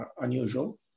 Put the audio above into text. unusual